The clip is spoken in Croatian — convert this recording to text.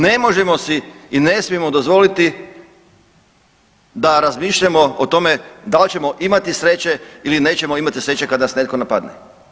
Ne možemo si i ne smijemo dozvoliti da razmišljamo o tome da li ćemo imati sreće ili nećemo imati sreće kad nas netko napadne.